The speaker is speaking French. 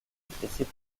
cyprien